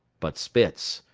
but spitz,